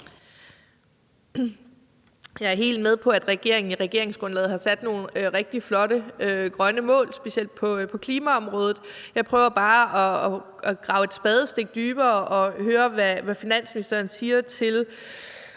Jeg er helt med på, at regeringen i regeringsgrundlaget har sat nogle rigtig flotte grønne mål, specielt på klimaområdet. Jeg prøver bare at grave et spadestik dybere og høre, hvad finansministeren siger, i